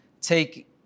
take